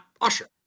Usher